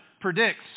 predicts